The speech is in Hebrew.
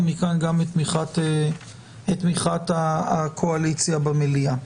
ומכאן גם את תמיכת הקואליציה במליאה.